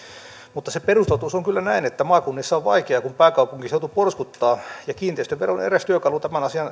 mutta se perustotuus on kyllä se että maakunnissa on vaikeaa kun pääkaupunkiseutu porskuttaa ja kiinteistövero on eräs työkalu